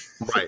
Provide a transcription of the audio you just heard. right